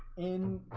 in